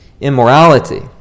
immorality